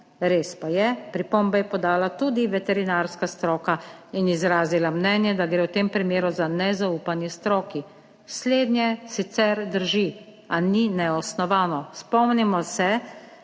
Res pa je, pripombe je podala tudi veterinarska stroka in izrazila mnenje, da gre v tem primeru za nezaupanje stroki. Slednje sicer drži, a ni neosnovan. Spomnimo se